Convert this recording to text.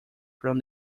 from